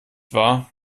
wahr